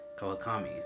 Kawakami